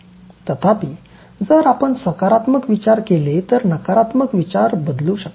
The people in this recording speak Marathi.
तथापि जर आपण सकारात्मक विचार केले तर नकारात्मक विचार बदलू शकता